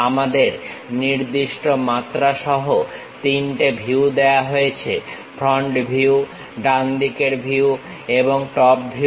আমাদের নির্দিষ্ট মাত্রাসহ তিনটে ভিউ দেওয়া হয়েছে ফ্রন্ট ভিউ ডানদিকের ভিউ এবং টপ ভিউ